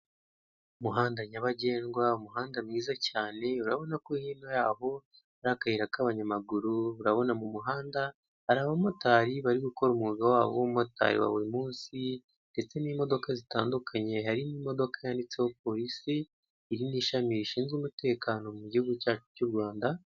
Umuhanda nyabagendwa, umuhanda mwiza cyane, urabonako hino yawo hari akayira k'abanyamaguru. Urabona mu muhanda hari abamotari bari gukora bari gukora umwuga wabo w'ubumotari wa buri munsi ndetse n'imodoka zitandukanye. Hari n'imodoka yanditseho polisi, iri ni ishami rishinzwe umutekano mu gihugu cyacu cy'u Rwanda.